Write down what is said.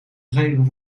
gegeven